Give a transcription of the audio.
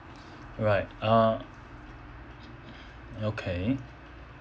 right uh okay